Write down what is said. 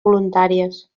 voluntàries